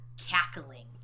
cackling